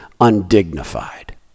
undignified